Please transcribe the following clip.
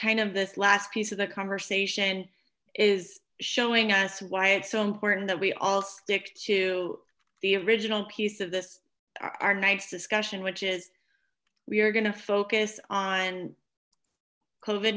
kind of this last piece of the conversation is showing us why it's so important that we all stick to the original piece of this our night's discussion which is we are gonna focus on covi